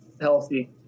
healthy